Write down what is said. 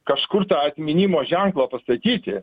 kažkur tą atminimo ženklą pastatyti